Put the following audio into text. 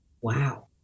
Wow